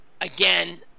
again